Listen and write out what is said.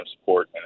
Support